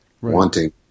wanting